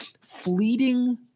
Fleeting